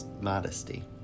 modesty